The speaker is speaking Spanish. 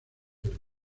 pero